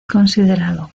considerado